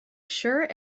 sure